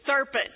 serpent